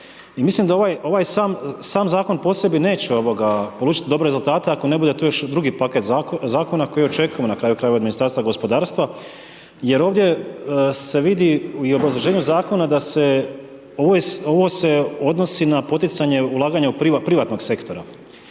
mislim da ovaj sam zakon po sebi neće polučiti dobre rezultate ako ne budete tu još drugi paket zakona koji očekivamo na kraju krajeva od Ministarstva gospodarstva jer ovdje se vidi i u obrazloženju zakona da se ovo odnosi na poticanje ulaganja privatnog sektora.